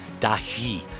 Dahi